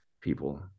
people